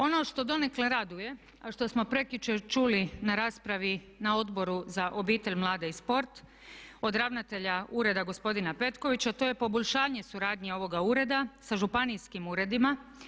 Ono što donekle raduje a što smo prekjučer čuli na raspravi na Odboru za obitelj, mlade i sport od ravnatelja ureda gospodina Petkovića, to je poboljšanje suradnje ovoga ureda sa županijskim uredima.